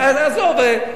עזוב.